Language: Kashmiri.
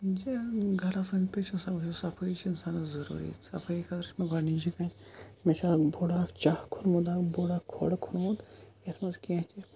گَرَس أنٛدۍ پٔکۍ چھِ آسان وُچھُن صفٲیی چھِ اِنسانَس ضروٗری صفٲیی خٲطرٕ چھِ مےٚ گۄڈٕنِچی کَتھِ مےٚ چھِ بوٚڑ اَکھ چاہ کھوٚنمُت اَکھ بوٚڑ اَکھ کھۄڈ کھوٚنمُت یَتھ منٛز کینٛہہ تہِ